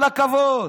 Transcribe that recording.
כל הכבוד,